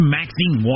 Maxine